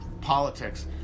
politics